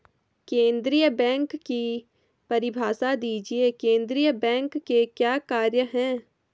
केंद्रीय बैंक की परिभाषा दीजिए केंद्रीय बैंक के क्या कार्य हैं?